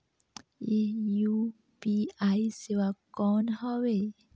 ये यू.पी.आई सेवा कौन हवे?